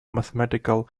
mathematical